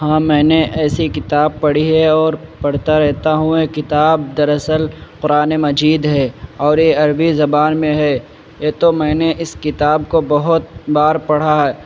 ہاں میں نے ایسی کتاب پڑھی ہے اور پڑھتا رہتا ہوں یہ کتاب دراصل قرآن مجید ہے اور یہ عربی زبان میں ہے تو میں نے اس کتاب کو بہت بار پڑھا